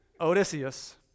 Odysseus